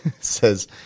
says